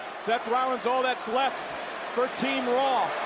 seth rollins all that's left for team raw,